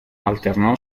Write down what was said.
alternó